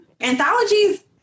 anthologies